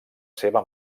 seva